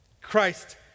Christ